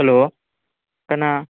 hello ꯀꯅꯥ